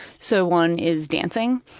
so one is dancing.